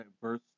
verse